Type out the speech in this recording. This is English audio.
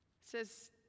says